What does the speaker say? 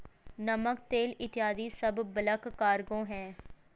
नमक, तेल इत्यादी सब बल्क कार्गो हैं